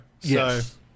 Yes